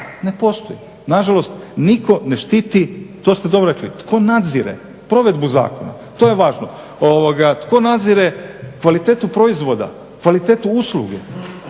Ne postoji. Nažalost nitko ne štiti, to ste dobro rekli, tko nadzire provedbu zakona to je važno. Tko nadzire kvalitetu proizvoda, kvalitetu usluga?